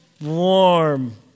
warm